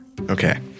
Okay